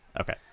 Okay